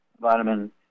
vitamin